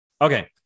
Okay